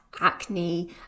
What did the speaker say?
acne